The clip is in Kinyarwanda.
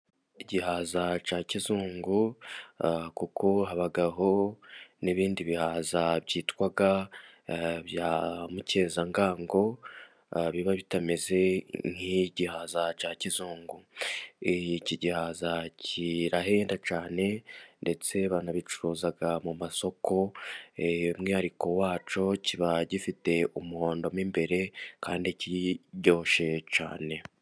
Igihaza cya kizungu kuko habaho n'ibindi bihaza byitwa bya mukezangango biba bitameze nk'igihaza cya kizungu, iki gihaza kirahenda cyane ndetse banabicuruza mu masoko ,umwihariko wacyo kiba gifite umuhondo mo imbere kandi kiryosheye cyane.